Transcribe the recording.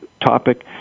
topic